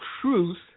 truth